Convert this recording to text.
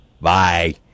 Bye